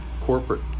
corporate